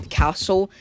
castle